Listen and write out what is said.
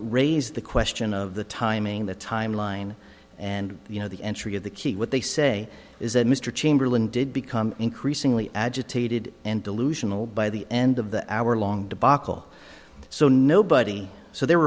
raise the question of the timing the timeline and you know the entry of the key what they say is that mr chamberlain did become increasingly agitated and delusional by the end of the hour long debacle so nobody so they're